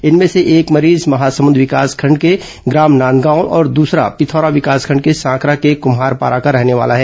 इनमें से एक मरीज महासमुद विकासखंड के ग्राम नांदगांव और दूसरा पिथौरा विकासखंड के सांकरा के कुम्हारपारा का रहने वाला है